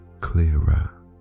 clearer